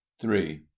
Three